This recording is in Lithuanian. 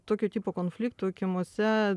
tokio tipo konfliktų kiemuose